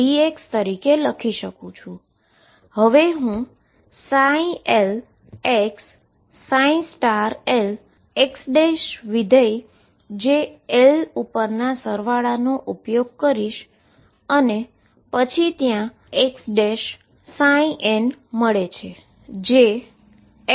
હવે હું lxlx function l ઉપરના સરવાળાનો ઉપયોગ કરીશ અને પછી ત્યાં એક xn છે જે xxdx છે